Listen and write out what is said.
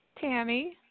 Tammy